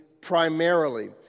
primarily